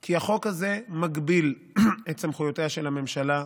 כי החוק הזה מגביל את סמכויותיה של הממשלה,